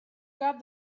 got